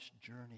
journey